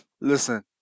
listen